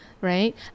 right